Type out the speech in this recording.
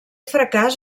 fracàs